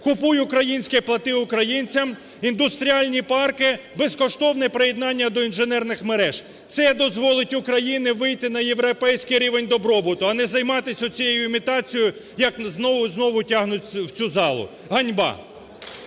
"Купуй українське, плати українцям", індустріальні парки, безкоштовне приєднання до інженерних мереж. Це дозволить Україні вийти на європейський рівень добробуту, а не займатись от цією імітацією, як знову і знову тягнуть в цю залу. Ганьба!